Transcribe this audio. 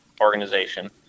organization